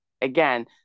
Again